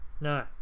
no